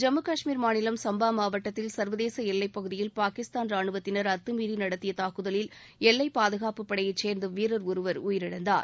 ஜம்மு கஷ்மீர் மாநிலம் சம்பா மாவட்டத்தில் சர்வதேச எல்லைப்பகுதியில் பாகிஸ்தான் ராணுவத்தினர் அத்தமீறி நடத்திய தாக்குதலில் எல்லைப்பாதுகாப்பு படையைச் சேர்ந்த வீரர் ஒருவர் உயிரிழந்தார்